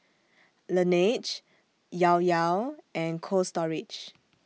Laneige Llao Llao and Cold Storage